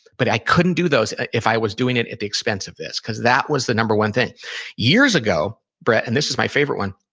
but i couldn't do those if i was doing it at the expense of this, because that was the number one thing years ago, brett, and this is my favorite one,